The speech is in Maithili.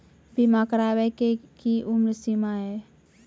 बीमा करबे के कि उम्र सीमा या?